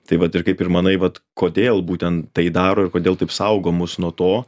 tai vat ir kaip ir manai vat kodėl būtent tai daro ir kodėl taip saugo mus nuo to